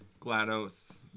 GLaDOS